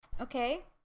Okay